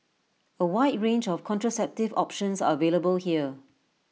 A wide range of contraceptive options are available here